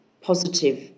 positive